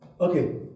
Okay